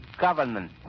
government